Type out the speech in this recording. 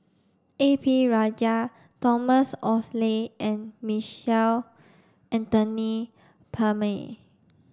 A P Rajah Thomas Oxley and Michael Anthony Palmer